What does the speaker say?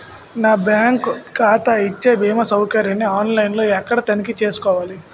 నా బ్యాంకు ఖాతా ఇచ్చే భీమా సౌకర్యాన్ని ఆన్ లైన్ లో ఎక్కడ తనిఖీ చేసుకోవాలి?